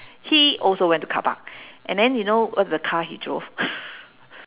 he also went to carpark and then you know what the car he drove